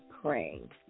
praying